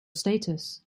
status